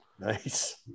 Nice